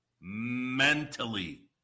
mentally